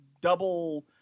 double